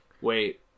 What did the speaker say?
wait